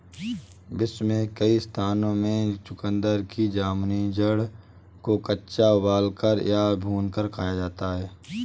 विश्व के कई स्थानों में चुकंदर की जामुनी जड़ को कच्चा उबालकर या भूनकर खाया जाता है